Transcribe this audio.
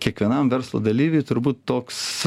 kiekvienam verslo dalyviui turbūt toks